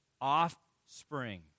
offspring